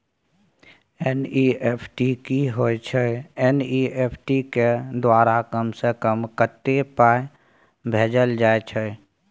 NEFT की होय छै एन.ई.एफ.टी के द्वारा कम से कम कत्ते पाई भेजल जाय छै?